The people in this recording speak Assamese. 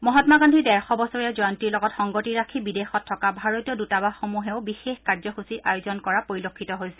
মহাম্মা গান্ধীৰ ডেৰশ বছৰীয়া জয়ন্তীৰ লগত সংগতি ৰাখি বিদেশত থকা ভাৰতীয় দৃতাবাস সমূহেও বিশেষ কাৰ্যসূচী আয়োজন কৰা পৰিলক্ষিত হৈছে